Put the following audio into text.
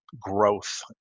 growth